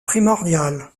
primordial